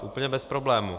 Úplně bez problému.